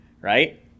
right